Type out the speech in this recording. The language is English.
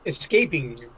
Escaping